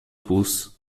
pulso